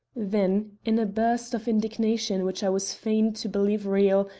then, in a burst of indignation which i was fain to believe real,